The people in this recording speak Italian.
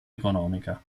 economica